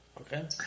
Okay